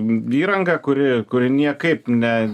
įranga kuri kuri niekaip ne